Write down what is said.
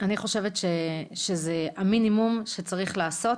אני חושבת שזה המינימום שצריך לעשות.